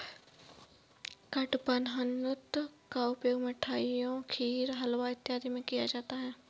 कडपहनुत का उपयोग मिठाइयों खीर हलवा इत्यादि में किया जाता है